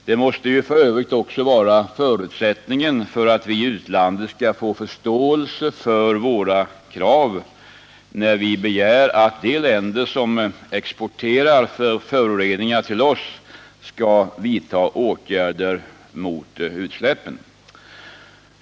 Det måste ju f. ö. vara förutsättningen för att vi i utlandet skall få förståelse för våra krav, när vi begär att de länder som exporterar föroreningar till oss skall vidta åtgärder mot utsläppen.